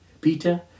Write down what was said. Peter